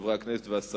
חברי הכנסת והשרים,